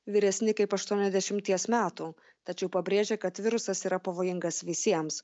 vyresni kaip aštuoniasdešimties metų tačiau pabrėžė kad virusas yra pavojingas visiems